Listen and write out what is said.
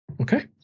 okay